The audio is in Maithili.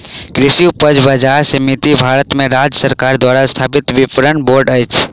कृषि उपज बजार समिति भारत में राज्य सरकार द्वारा स्थापित विपणन बोर्ड अछि